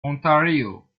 ontario